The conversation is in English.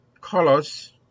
colors